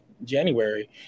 January